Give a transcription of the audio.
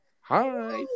hi